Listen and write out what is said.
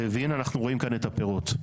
והנה אנחנו רואים כאן את הפירות.